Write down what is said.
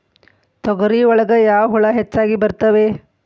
ತೊಗರಿ ಒಳಗ ಯಾವ ಹುಳ ಹೆಚ್ಚಾಗಿ ಬರ್ತವೆ?